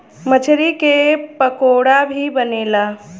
मछरी के पकोड़ा भी बनेला